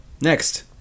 Next